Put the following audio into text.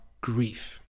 grief